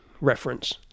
reference